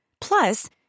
Plus